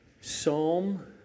Psalm